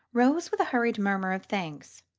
rose with a hurried murmur of thanks.